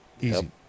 Easy